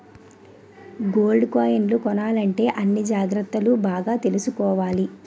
gold కాయిన్లు కొనాలంటే అన్ని జాగ్రత్తలు బాగా తీసుకోవాలి